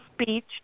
speech